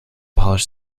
polish